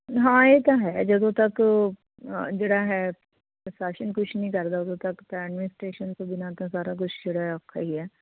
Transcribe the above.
ਹਾਂ ਇਹ ਤਾਂ ਹੈ ਜਦੋਂ ਤੱਕ ਜਿਹੜਾ ਹੈ ਪ੍ਰਸ਼ਾਸਨ ਕੁਛ ਨਹੀਂ ਕਰਦਾ ਉਦੋਂ ਤੱਕ ਤਾਂ ਐਡਮਨੀਸਟ੍ਰੇਸ਼ਨ ਤੋਂ ਬਿਨਾਂ ਤਾਂ ਸਾਰਾ ਕੁਛ ਜਿਹੜਾ ਔਖਾ ਹੀ ਹੈ